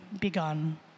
begun